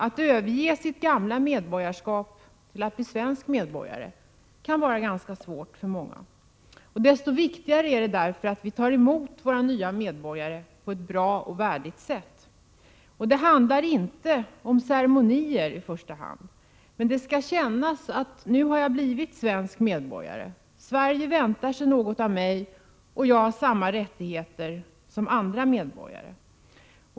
Att överge sitt gamla medborgarskap för att bli svensk medborgare kan vara ganska svårt för många. Desto viktigare är det att vi tar emot våra nya medborgare på ett bra och värdigt sätt. Det handlar inte i första hand om någon ceremoni, men man skall kunna känna att man nu blivit svensk medborgare. Sverige väntar sig nog något av en, och man har samma rättigheter som andra medborgare.